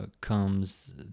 comes